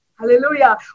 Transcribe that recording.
Hallelujah